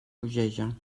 bogeja